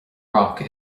rock